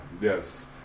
Yes